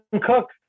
Cook